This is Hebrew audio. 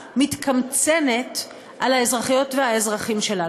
מתקמצנת על האזרחיות והאזרחים שלה,